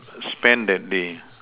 spend that day